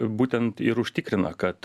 būtent ir užtikrina kad